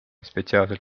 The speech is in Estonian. spetsiaalselt